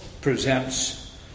presents